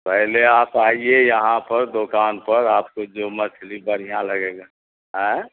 پہلے آپ آئیے یہاں پر دکان پر آپ کو جو مچھلی برھیاں لگے گا آئیں